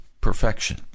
Perfection